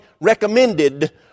recommended